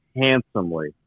handsomely